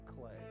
clay